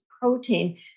protein